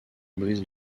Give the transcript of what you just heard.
brise